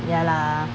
ya lah